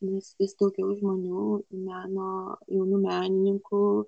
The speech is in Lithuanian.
nes vis daugiau žmonių meno jaunų menininkų